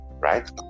right